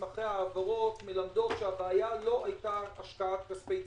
מסמכי ההעברות מלמדים שהבעיה לא הייתה השקעת כספי ציבור.